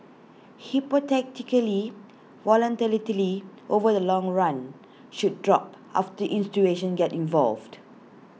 hypothetically volatility over the long run should drop after institutions get involved